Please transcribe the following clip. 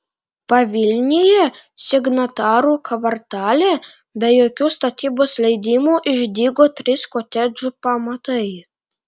pavilnyje signatarų kvartale be jokių statybos leidimų išdygo trys kotedžų pamatai